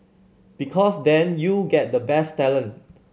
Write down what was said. because then you get the best talent